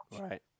Right